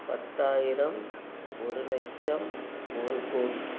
பத்தாயிரம் ஒரு லட்சம் ஒரு கோடி